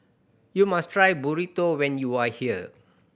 you must try Burrito when you are here